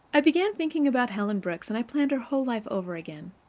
i began thinking about helen brooks, and i planned her whole life over again.